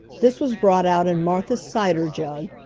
this was brought out in martha's cider jug,